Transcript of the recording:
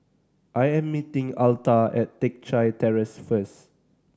I am meeting Altha at Teck Chye Terrace first